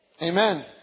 Amen